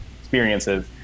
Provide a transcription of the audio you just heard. experiences